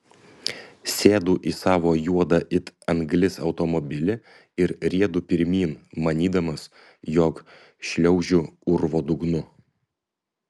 sėdu į savo juodą it anglis automobilį ir riedu pirmyn manydamas jog šliaužiu urvo dugnu